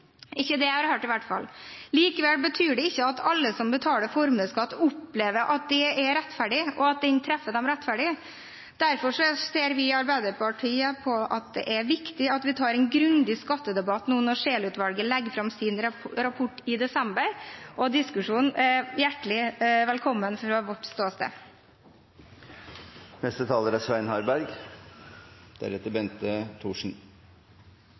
ikke som jeg har hørt, i hvert fall. Likevel betyr det ikke at alle som betaler formuesskatt, opplever at det er rettferdig, og at den treffer dem rettferdig. Derfor ser vi i Arbeiderpartiet at det er viktig at vi tar en grundig skattedebatt nå når Scheelutvalget legger fram sin rapport i desember. Diskusjonen er hjertelig velkommen fra vårt ståsted. Trontalen er